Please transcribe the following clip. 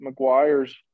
mcguire's